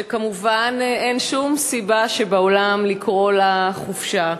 שכמובן אין שום סיבה בעולם לקרוא לה "חופשה",